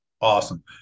awesome